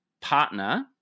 partner